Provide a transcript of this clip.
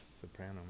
soprano